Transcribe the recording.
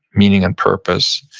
meaning and purpose.